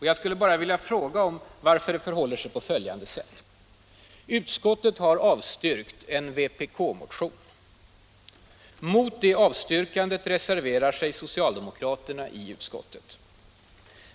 Jag skulle vilja fråga varför det förhåller sig på följande sätt. Utskottet har avstyrkt en vpk-motion. Mot det avstyrkandet reserverar sig socialdemokraterna i utskottet.